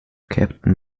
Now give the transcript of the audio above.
captain